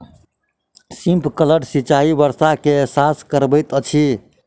sprinkler सिचाई वर्षा के एहसास करबैत अछि